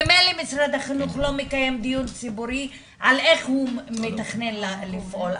ממילא משרד החינוך לא מקיים דיון ציבורי על איך הוא מתכנן לפעול,